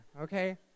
okay